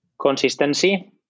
Consistency